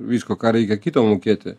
visko ką reikia kito mokėti